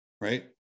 right